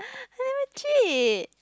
I never cheat